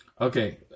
Okay